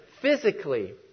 physically